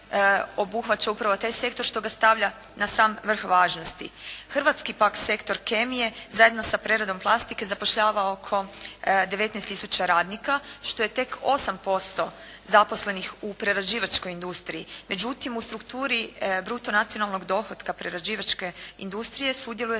obuhvaća upravo taj sektor što ga stavlja na sam vrh važnosti. Hrvatski pak sektor kemije zajedno sa preradom plastike zapošljava oko 19000 radnika što je tek 8% zaposlenih u prerađivačkoj industriji. Međutim, u strukturi bruto-nacionalnog dohotka prerađivačke industrije sudjeluje